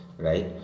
Right